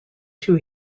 two